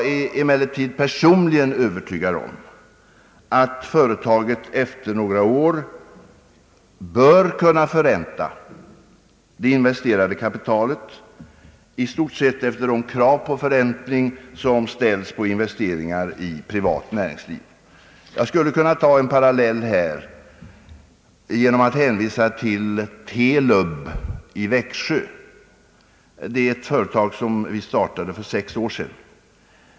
Personligen är jag emellertid övertygad om att företaget efter några år bör kunna förränta det investerade kapitalet i stort sett efter de krav på förräntning som ställs på investeringar i det privata näringslivet. Jag kan göra en parallell genom att hänvisa till TELUB i Växjö, ett företag som vi startade för sex år sedan.